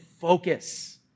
focus